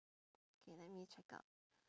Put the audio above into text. okay let me check out